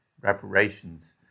reparations